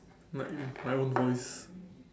like it's my own voice